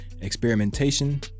experimentation